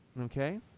okay